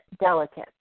delicate